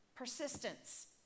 Persistence